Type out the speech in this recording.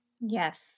Yes